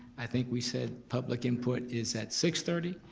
i think we said public input is at six thirty.